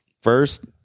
First